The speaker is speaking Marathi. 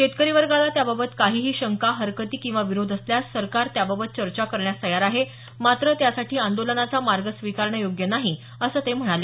शेतकरी वर्गाला त्याबाबत काहीही शंका हरकती किंवा विरोध असल्यास सरकार त्याबाबत चर्चा करण्यास तयार आहे मात्र त्यासाठी आंदोलनाचा मार्ग स्वीकारणं योग्य नाही असं ते म्हणाले